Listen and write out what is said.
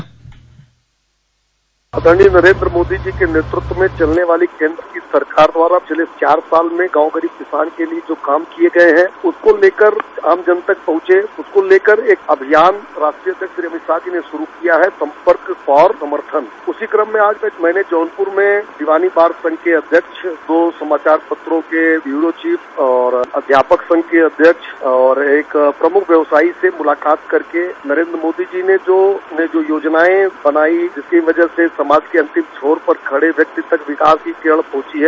bite आदरणीय नरेन्द्र मोदी जी के नेतृत्व में चलने वाली केन्द्र की सरकार द्वारा सिर्फ चार साल में गांव गली किसान के लिये जो काम किये गये हैं उनको लेकर आम जन तक पहुंचे उसको लेकर एक अभियान राष्ट्रीय यअध्यक्ष श्री अमित शाह जी ने शुरू किया है सम्पर्क फॉर समर्थन उसी क्रम में आज मैने जौनपुर में दीवानी महासंघ के अध्यक्ष दो समॉचार पत्रों के ब्यूरो चीफ और अध्यापक संघ के अध्यक्ष और एक प्रमुख व्यवसायी से मुलाकात करके नरेन्द्र मोदी जी ने जो योजनाये बनायी जिसकी वजह से समाज के अंतिम छोर में खड़े व्यक्ति तक विकास की किरण जूटी है